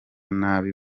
nabi